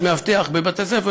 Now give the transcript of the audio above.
מאבטח בבתי-ספר,